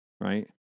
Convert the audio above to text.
right